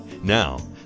Now